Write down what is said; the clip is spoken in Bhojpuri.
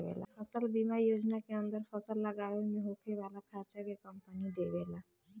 फसल बीमा योजना के अंदर फसल लागावे में होखे वाला खार्चा के कंपनी देबेला